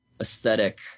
aesthetic